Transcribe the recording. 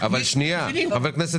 חבר הכנסת